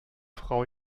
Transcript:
frau